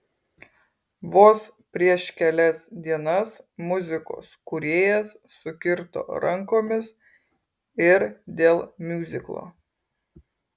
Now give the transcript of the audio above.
vos prieš kelias dienas muzikos kūrėjas sukirto rankomis ir dėl miuziklo